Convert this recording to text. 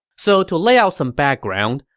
so to lay out some background,